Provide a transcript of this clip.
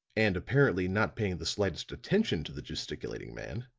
and apparently not paying the slightest attention to the gesticulating man,